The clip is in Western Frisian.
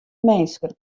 minsken